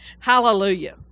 hallelujah